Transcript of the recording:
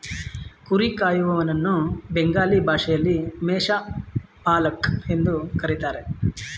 ಕುರಿ ಕಾಯುವನನ್ನ ಬೆಂಗಾಲಿ ಭಾಷೆಯಲ್ಲಿ ಮೇಷ ಪಾಲಕ್ ಎಂದು ಕರಿತಾರೆ